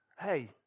hey